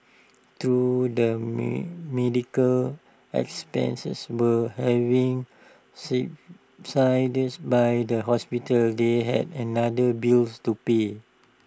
though the meat medical expenses were having subsidised by the hospital they had another bills to pay